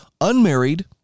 unmarried